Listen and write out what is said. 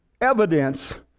evidence